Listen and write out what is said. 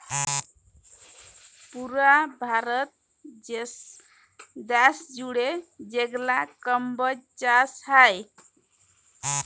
পুরা ভারত দ্যাশ জুইড়ে যেগলা কম্বজ চাষ হ্যয়